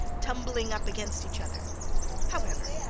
tumbling up against each other however,